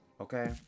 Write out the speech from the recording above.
Okay